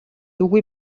үгүй